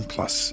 Plus